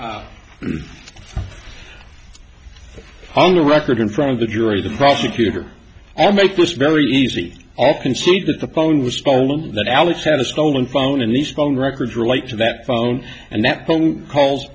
on the record in front of the jury the prosecutor i'll make this very easy all concede that the phone was stolen that alex had a stolen phone and respond records relate to that phone and that phone calls